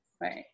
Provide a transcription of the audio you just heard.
right